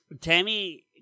Tammy